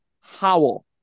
Howell